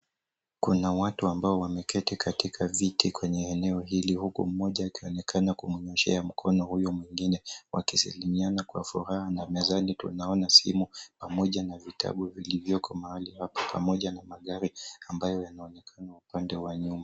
Kuna watu ambao wameketi katika viti kwenye eneo hili huku mmoja akionekana kumnyoshea mkono huyo mwingine wakisalimiana kwa furaha na mezani tunaona simu pamoja na vitabu vilivyoko mahali hapo pamoja na magari ambayo yanaonekana upande wa nyuma.